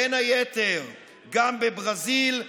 בין היתר בברזיל,